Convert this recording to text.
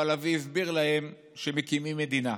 אבל אבי הסביר להם שמקימים מדינה.